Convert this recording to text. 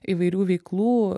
įvairių veiklų